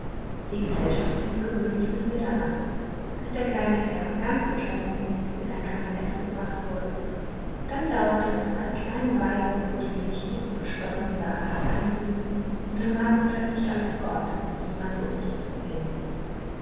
die gesellschaft blieb gewöhnlich bis mitternacht bis der kleine herr ganz betrunken in sein kabinett gebracht wurde dann dauerte es noch eine kleine weile wo die mädchen in dem verschlossenen saale allein blieben und dann waren sie plötzlich alle fort und niemand wußte wohin